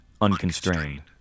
unconstrained